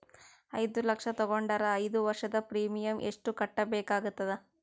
ಐದು ಲಕ್ಷ ತಗೊಂಡರ ಐದು ವರ್ಷದ ಪ್ರೀಮಿಯಂ ಎಷ್ಟು ಕಟ್ಟಬೇಕಾಗತದ?